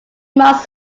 must